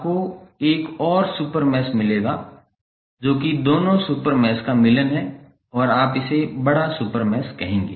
आपको एक और सुपर मैश मिलेगा जो कि दोनों सुपर मैश का मिलन है और आप इसे बड़ा सुपर मैश कहेंगे